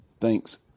Thanks